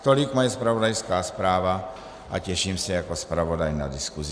Tolik moje zpravodajská zpráva a těším se jako zpravodaj na diskusi.